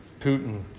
Putin